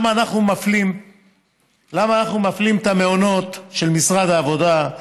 למה אנחנו מפלים את המעונות של משרד העבודה?